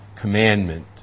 commandment